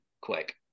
quick